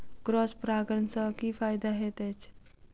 Cross परागण सँ की फायदा हएत अछि?